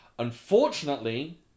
unfortunately